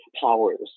powers